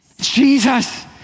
Jesus